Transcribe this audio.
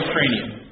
Ukrainian